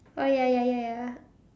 oh ya ya ya ya